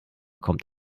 kommt